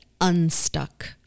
unstuck